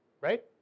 right